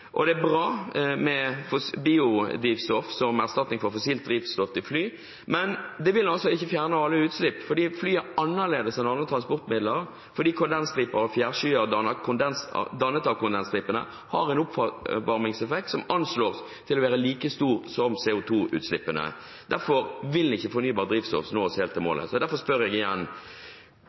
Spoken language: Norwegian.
og det er bra med biodrivstoff som erstatning for fossilt drivstoff til fly, men det vil altså ikke fjerne alle utslipp. Det er fordi fly er annerledes enn andre transportmidler, fordi kondensstriper og fjærskyer dannet av kondensstripene har en oppvarmingseffekt som anslås å være like stor som CO2-utslippene. Derfor vil ikke fornybart drivstoff ta oss helt til målet. Derfor spør jeg igjen: